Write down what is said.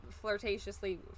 flirtatiously